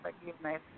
forgiveness